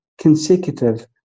consecutive